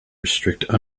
restrict